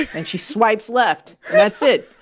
and she swipes left. and that's it